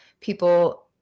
people